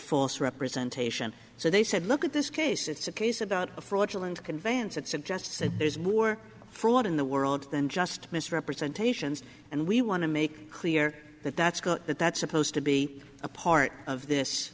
false representation so they said look at this case it's a case about a fraudulent conveyance that suggests that there's more fraud in the world than just misrepresentations and we want to make clear that that's got that that's supposed to be a part of this